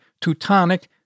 Teutonic